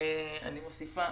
אני מוסיפה